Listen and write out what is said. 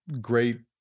great